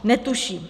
Netuší.